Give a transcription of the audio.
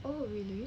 oh really